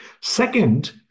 Second